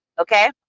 Okay